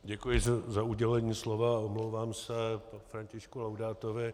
Děkuji za udělení slova a omlouvám se Františku Laudátovi.